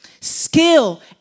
skill